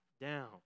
down